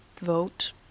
vote